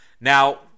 Now